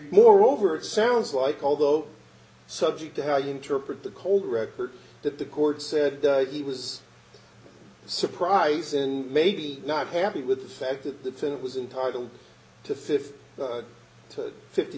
moreover it sounds like although subject to how you interpret the cold record that the court said he was surprised and maybe not happy with the fact that the defendant was entitle to fifty to fi